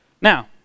Now